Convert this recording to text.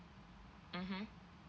mmhmm